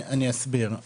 אני אסביר.